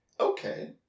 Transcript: Okay